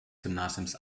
gymnasiums